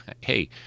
hey